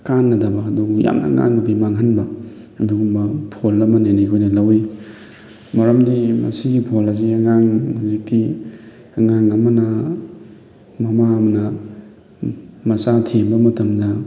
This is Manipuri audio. ꯀꯥꯟꯅꯗꯕ ꯑꯗꯨꯒ ꯌꯥꯝꯅ ꯑꯉꯥꯡꯅꯨꯕꯤ ꯃꯥꯡꯍꯟꯕ ꯑꯗꯨꯒꯨꯝꯕ ꯐꯣꯟ ꯑꯃꯅꯦꯅ ꯑꯩꯈꯣꯏꯅ ꯂꯧꯋꯤ ꯃꯔꯝꯗꯤ ꯃꯁꯤꯒꯤ ꯐꯣꯟ ꯑꯁꯤ ꯑꯉꯥꯡ ꯍꯨꯖꯤꯛꯇꯤ ꯑꯉꯥꯥꯡ ꯑꯃꯅ ꯃꯃꯥ ꯑꯃꯅ ꯃꯆꯥ ꯊꯦꯝꯕ ꯃꯇꯝꯗ